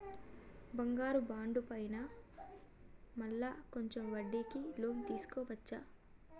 బంగారు బాండు పైన మళ్ళా కొంచెం వడ్డీకి లోన్ తీసుకోవచ్చా?